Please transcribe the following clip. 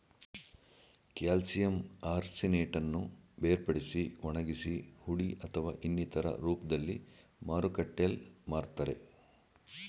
calcium ಆರ್ಸಿನೇಟನ್ನು ಬೇರ್ಪಡಿಸಿ ಒಣಗಿಸಿ ಹುಡಿ ಅಥವಾ ಇನ್ನಿತರ ರೂಪ್ದಲ್ಲಿ ಮಾರುಕಟ್ಟೆಲ್ ಮಾರ್ತರೆ